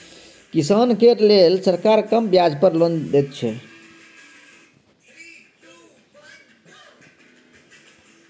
किसान केर लेल सरकार कम ब्याज पर लोन दैत छै